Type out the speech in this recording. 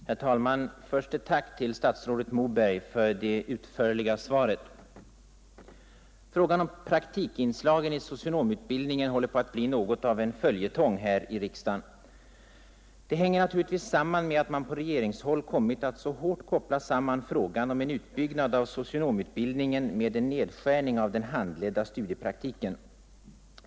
Herr talman! Först ett tack till statsrådet Moberg för det utförliga svaret! Frågan om praktikinslagen i socionomutbildningen håller på att bli något av en följetong här i riksdagen. Det hänger naturligtvis samman med att man på regeringshåll kommit att så hårt koppla samman frågan om en utbyggnad av socionomutbildningen med en nedskärning av den handledda studiepraktiken.